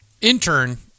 intern